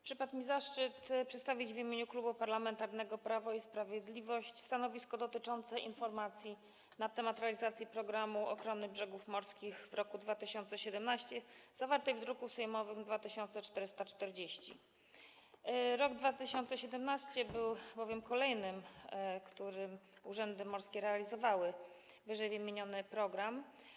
Przypadł mi zaszczyt przedstawić w imieniu Klubu Parlamentarnego Prawo i Sprawiedliwość stanowisko dotyczące informacji na temat realizacji „Programu ochrony brzegów morskich” w roku 2017 zawartej w druku sejmowym nr 2440, rok 2017 był bowiem kolejnym, w którym urzędy morskie realizowały ww. program.